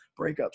breakups